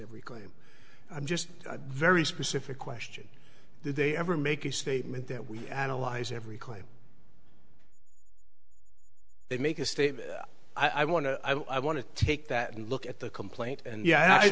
every claim i'm just a very specific question do they ever make a statement that we analyze every claim they make a statement i want to i want to take that and look at the complaint and yeah i